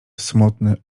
smutny